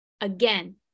again